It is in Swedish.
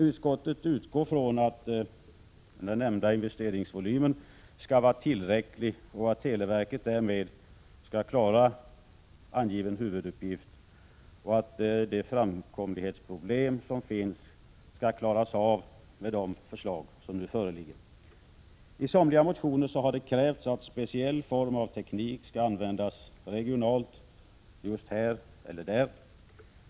Utskottet utgår från att den nämnda investeringsvolymen skall vara tillräcklig för att televerket skall klara angiven huvuduppgift och att de framkomlighetsproblem som finns skall kunna lösas med de förslag som nu föreligger. I somliga motioner har det krävts att speciell form av teknik skall användas regionalt inom vissa angivna områden.